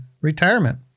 retirement